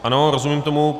Ano, rozumím tomu.